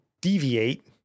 deviate